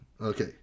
Okay